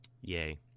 Yay